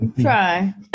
Try